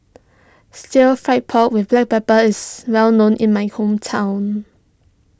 Stir Fry Pork with Black Pepper is well known in my hometown